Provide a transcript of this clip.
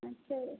अच्छा है